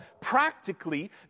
practically